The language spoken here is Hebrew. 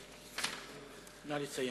נא לסיים.